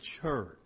church